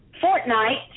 fortnight